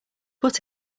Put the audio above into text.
put